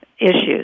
issues